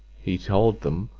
he told them,